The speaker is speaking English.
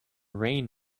rain